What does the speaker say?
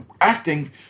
acting